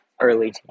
early